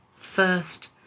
first